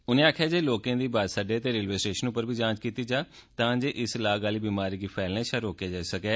उनें आक्खेआ जे लोकें दी बस अड्डें ते रेलवे स्टेशन उप्पर बी जांच कीती जा तां जे इस लाग आली बमारी गी फैलने शा रोकेया जाई सकै